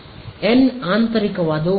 N ಆಂತರಿಕವಾದವು ಬೇಡ